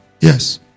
Yes